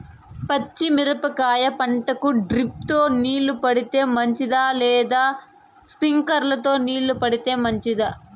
పచ్చి మిరపకాయ పంటకు డ్రిప్ తో నీళ్లు పెడితే మంచిదా లేదా స్ప్రింక్లర్లు తో నీళ్లు పెడితే మంచిదా?